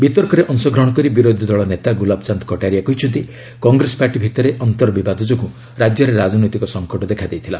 ବିତର୍କରେ ଅଂଶଗ୍ରହଣ କରି ବିରୋଧୀ ଦଳ ନେତା ଗୁଲାବଚାନ୍ଦ କଟ୍ଟାରିଆ କହିଛନ୍ତି କଂଗ୍ରେସ ପାର୍ଟି ଭିତରେ ଅନ୍ତର୍ବିବାଦ ଯୋଗୁଁ ରାଜ୍ୟରେ ରାଜନୈତିକ ସଂକଟ ଦେଖାଦେଇଥିଲା